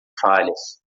falhas